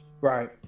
right